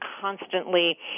constantly